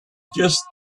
just